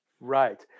Right